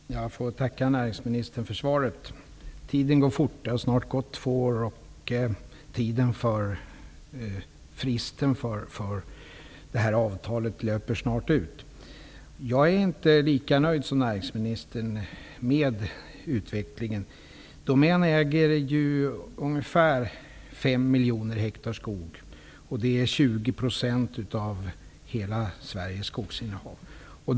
Fru talman! Jag får tacka näringsministern för svaret. Tiden går fort, och det har snart gått två år. Fristen innan avtalet löper ut är snart till ända. Jag är inte lika nöjd som näringsministern är med utvecklingen. Domän äger ungefär 5 miljoner hektar skog, och det är 20 % av hela det svenska skogsinnehavet.